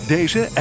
Deze